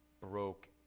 broke